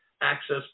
access